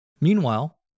Meanwhile